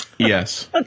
Yes